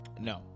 No